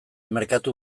merkatu